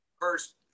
first